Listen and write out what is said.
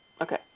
Okay